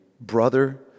brother